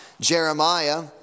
Jeremiah